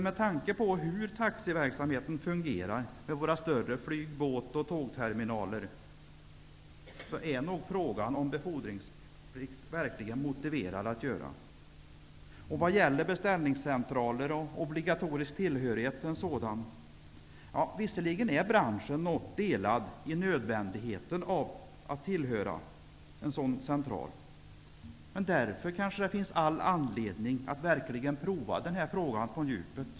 Med tanke på hur taxiverksamheten fungerar vid våra större flyg-, båt och tågterminaler är nog frågan om befordringsplikt verkligen motivad att prövas. Vad gäller beställningscentraler och obligatorisk tillhörighet till en sådan är visserligen branschen något delad när det gäller nödvändigheten att tillhöra en sådan central. Men just därför finns det kanske all anledning att verkligen pröva den här frågan på djupet.